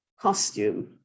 costume